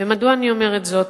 ומדוע אני אומרת זאת?